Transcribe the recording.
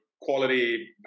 quality